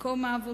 את מקום העבודה,